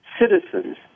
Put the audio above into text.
citizens